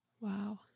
Wow